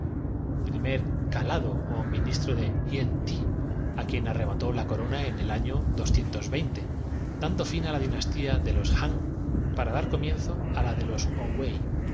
primer calado ó ministro de hien ti á quien arrebató la corona en el año dando sí fin á la dinastía de los han para dar comienzo á la de los